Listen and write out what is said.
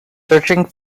searching